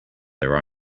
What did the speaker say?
their